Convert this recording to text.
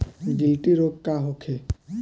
गिलटी रोग का होखे?